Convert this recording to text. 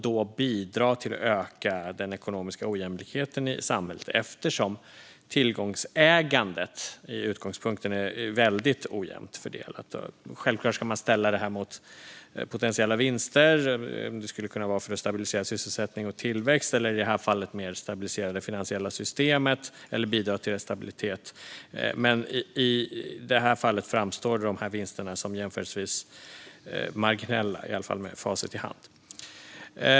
De bidrar då till att öka den ekonomiska ojämlikheten i samhället, eftersom tillgångsägandet vid utgångspunkten är väldigt ojämnt fördelat. Självklart ska man ställa det mot potentiella vinster. Det skulle kunna vara för att stabilisera sysselsättning och tillväxt eller i det här fallet mer för att bidra till att stabilisera det finansiella systemet. Men i det här fallet framstår vinsterna som jämförelsevis marginella, i alla fall med facit i hand.